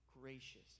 gracious